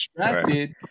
distracted